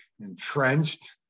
Entrenched